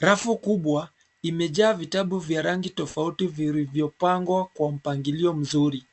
Rafu kubwa imejaa vitabu vya rangi tofauti vilivyopangwa kwa mpangilio mzuri.